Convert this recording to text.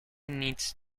needs